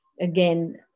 again